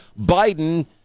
Biden